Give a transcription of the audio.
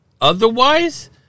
Otherwise